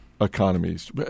Economies